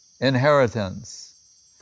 inheritance